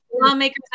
Lawmakers